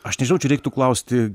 aš nežinau čia reiktų klausti